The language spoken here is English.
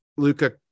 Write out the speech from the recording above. Luca